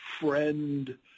friend